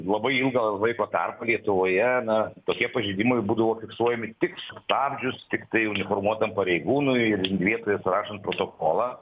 labai ilgą laiko tarpą lietuvoje na tokie pažeidimai būdavo fiksuojami tik sustabdžius tiktai uniformuotam pareigūnui ir vietoje surašant protokolą